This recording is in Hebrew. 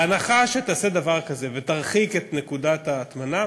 בהנחה שתעשה דבר כזה ותרחיק את נקודת ההטמנה,